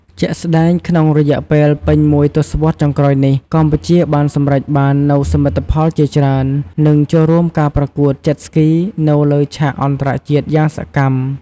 ជាក់ស្តែងក្នុងរយៈពេលពេញមួយទសវត្សរ៍ចុងក្រោយនេះ កម្ពុជាបានសម្រេចបាននូវសមិទ្ធផលជាច្រើន និងចូលរួមការប្រកួត Jet Ski នៅលើឆាកអន្តរជាតិយ៉ាងសកម្ម។